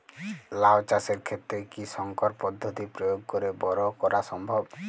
লাও চাষের ক্ষেত্রে কি সংকর পদ্ধতি প্রয়োগ করে বরো করা সম্ভব?